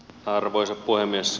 arvoisa puhemies